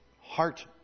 heart